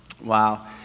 Wow